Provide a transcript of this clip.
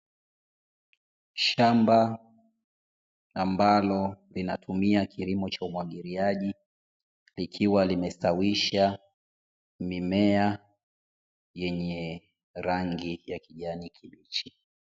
Shamba ambalo linatumia kilimo cha umwagiliaji likiwa limestawisha mimea yenye rangi ya kijani kibichi.